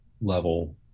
level